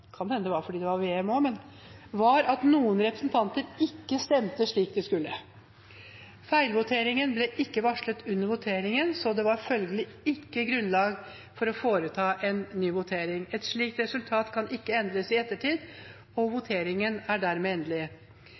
kan hende det var fordi det var VM også – var at noen representanter ikke stemte slik de skulle. Feilvoteringen ble ikke varslet under voteringen. Det var følgelig ikke grunnlag for å foreta en ny votering. Et slikt resultat kan ikke endres i ettertid, og voteringen er dermed endelig.